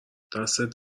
دستت